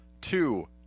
two